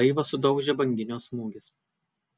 laivą sudaužė banginio smūgis